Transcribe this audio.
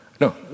No